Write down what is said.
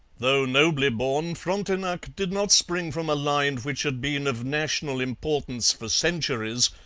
though nobly born, frontenac did not spring from a line which had been of national importance for centuries,